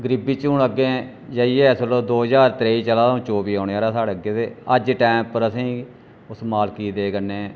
गरीबी च हून अग्गें जाइयै हून अस दो ज्हार त्रेई चलै दा हून चौह्बी औने आह्ला साढ़े अग्गें ते अज्ज टैम पर असें गी उस मालिक दी दया कन्नै